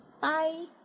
Bye